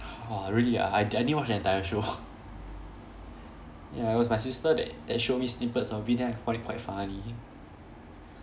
!whoa! really ah I d~ I didn't watch the entire show ya it was my sister that that showed me snippets of it then I find it quite funny